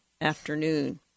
afternoon